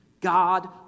God